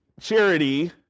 charity